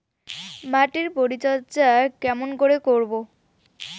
মাটির পরিচর্যা কেমন করে করব?